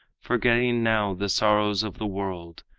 forgetting now the sorrows of the world.